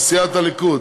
לסיעת הליכוד,